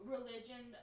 Religion